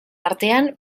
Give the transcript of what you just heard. artean